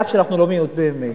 אף שאנחנו לא מיעוט באמת.